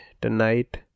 tonight